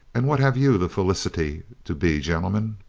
and what have you the felicity to be, gentlemen?